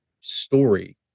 story